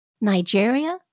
Nigeria